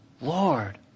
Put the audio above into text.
Lord